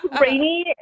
Rainy